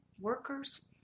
workers